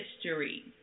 history